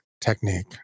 technique